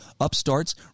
upstarts